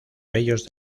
bellos